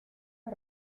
los